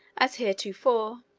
as heretofore,